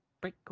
break